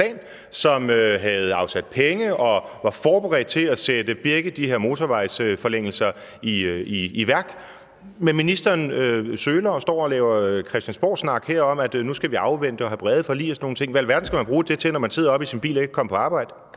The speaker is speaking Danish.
der var afsat penge, og som var forberedt til at sætte begge de her motorvejsforlængelser i værk, men ministeren nøler og står her og laver christiansborgsnak om, at nu skal vi afvente og have brede forlig og sådan nogle ting. Hvad i alverden skal man bruge det til, når man sidder oppe i sin bil og ikke kan komme på arbejde?